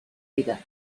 vida